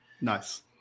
Nice